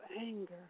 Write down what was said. anger